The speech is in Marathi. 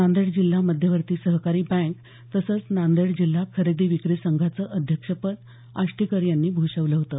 नांदेड जिल्हा मध्यवर्ती सहकारी बँक तसंच नांदेड जिल्हा खरेदी विक्री संघाचं अध्यक्षपद आष्टीकर यांनी भूषवलं होतं